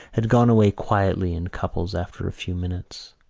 had gone away quietly in couples after a few minutes.